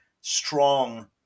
strong